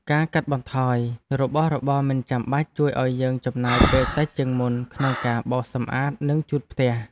ការកាត់បន្ថយរបស់របរមិនចាំបាច់ជួយឱ្យយើងចំណាយពេលតិចជាងមុនក្នុងការបោសសម្អាតនិងជូតផ្ទះ។